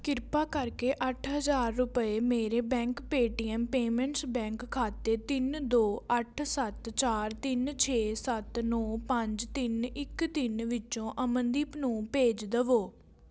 ਕ੍ਰਿਪਾ ਕਰਕੇ ਅੱਠ ਹਜ਼ਾਰ ਰੁਪਏ ਮੇਰੇ ਬੈਂਕ ਪੇਟੀਐੱਮ ਪੇਮੈਂਟਸ ਬੈਂਕ ਖਾਤੇ ਤਿੰਨ ਦੋ ਅੱਠ ਸੱਤ ਚਾਰ ਤਿੰਨ ਛੇ ਸੱਤ ਨੌਂ ਪੰਜ ਤਿੰਨ ਇੱਕ ਤਿੰਨ ਵਿਚੋਂ ਅਮਨਦੀਪ ਨੂੰ ਭੇਜ ਦੇਵੋ